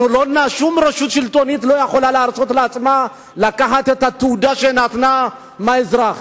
שום רשות שלטונית לא יכולה להרשות לעצמה לקחת תעודה שנתנה לאזרח.